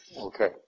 okay